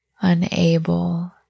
unable